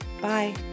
Bye